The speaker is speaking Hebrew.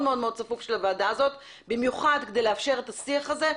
מאוד צפוף של הוועדה הזאת במיוחד כדי לאפשר את השיח הזה,